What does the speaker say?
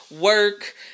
work